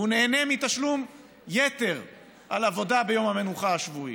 והוא נהנה מיותר תשלום על עבודה ביום המנוחה השבועי.